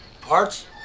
Parts